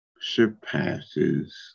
surpasses